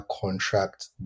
contract